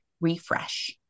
refresh